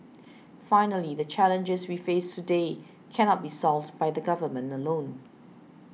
finally the challenges we face today cannot be solved by the Government alone